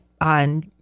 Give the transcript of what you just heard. on